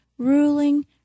Ruling